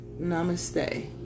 namaste